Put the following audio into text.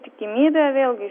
tikimybė vėlgi